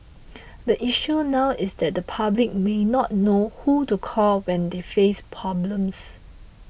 the issue now is that the public may not know who to call when they face problems